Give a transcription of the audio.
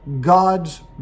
God's